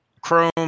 Chrome